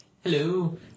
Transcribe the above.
Hello